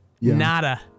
nada